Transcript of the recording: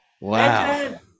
Wow